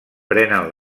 prenen